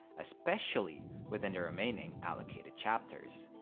especially within the remaining allocated chapters.